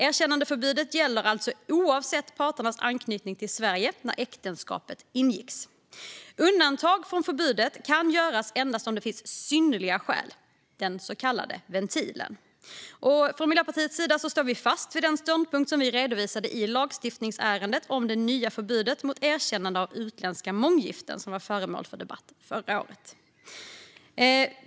Erkännandeförbudet gäller alltså oavsett parternas anknytning till Sverige när äktenskapet ingicks. Undantag från förbudet kan göras endast om det finns synnerliga skäl - den så kallade ventilen. Från Miljöpartiets sida står vi fast vid den ståndpunkt som vi redovisade i lagstiftningsärendet om det nya förbudet mot erkännande av utländska månggiften som var föremål för debatt förra året.